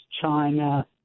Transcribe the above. China